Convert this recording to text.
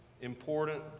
important